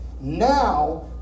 Now